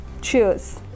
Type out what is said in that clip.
Cheers